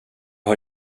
har